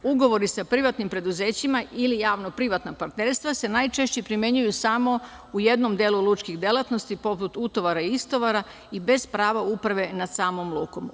Ugovori sa privatnim preduzećima ili javno-privatna partnerstva se najčešće primenjuju samo u jednom delu lučkih delatnosti poput utovara i istovara i bez prava uprave nad samom lukom.